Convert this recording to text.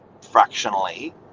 fractionally